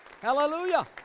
Hallelujah